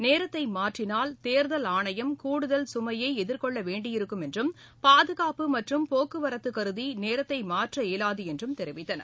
நேரத்தை மாற்றினால் தோ்தல் ஆணையம் கூடுதல் கமையை எதிர்கொள்ள வேண்டியிருக்கும் என்றும் பாதுகாப்பு மற்றும் போக்குவரத்து கருதி நேரத்தை மாற்ற இயலாது என்றும் தெரிவித்தனர்